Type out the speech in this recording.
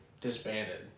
disbanded